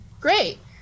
Great